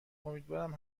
امیدوارم